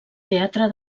teatre